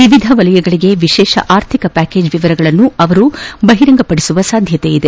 ವಿವಿಧ ವಲಯಗಳಿಗೆ ವಿಶೇಷ ಆರ್ಥಿಕ ಪ್ಯಾಕೇಜ್ ವಿವರಗಳನ್ನು ಸಚಿವರು ಬಹಿರಂಗಪದಿಸುವ ಸಾಧ್ಯತೆಯಿದೆ